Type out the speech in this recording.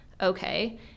okay